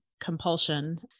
compulsion